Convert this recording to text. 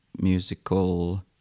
musical